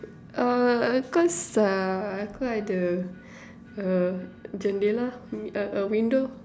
err cause uh the uh jandela uh uh window